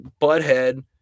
Butthead